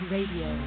Radio